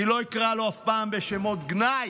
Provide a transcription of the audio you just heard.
אני לא אקרא לו אף פעם בשמות גנאי